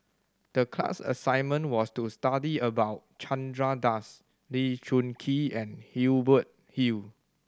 the class assignment was to study about Chandra Das Lee Choon Kee and Hubert Hill